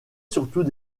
surtout